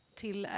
till